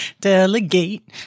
Delegate